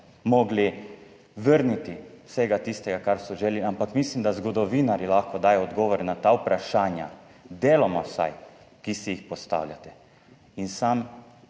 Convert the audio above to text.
materam vrniti vsega tistega, kar so želeli, ampak mislim, da zgodovinarji lahko dajejo odgovore na ta vprašanja, vsaj deloma, ki si jih postavljate. Sam